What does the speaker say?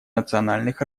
национальных